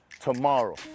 tomorrow